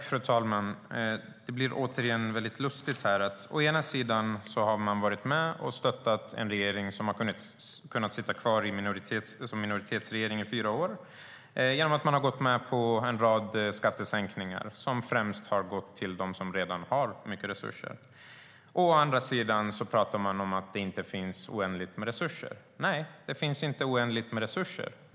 Fru talman! Det blir återigen väldigt lustigt. Å ena sidan har man varit med och stöttat en regering som har kunnat sitta kvar som minoritetsregering under fyra år genom att man har gått med på en rad skattesänkningar som främst har gått till dem som redan har mycket resurser. Å andra sidan pratar man om att det inte finns oändligt med resurser. Nej, det gör det inte.